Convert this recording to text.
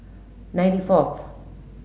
ninety fourth